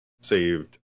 saved